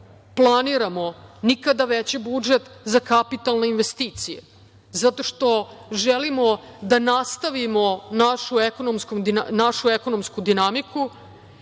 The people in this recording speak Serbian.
planiramo, nikada veći budžet za kapitalne investicije, zato što želimo da nastavimo našu ekonomsku dinamiku